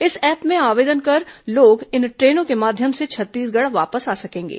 इस ऐप में आवेदन कर लोग इन ट्रेनों के माध्यम से छत्तीसगढ़ वापस आ सकेंगे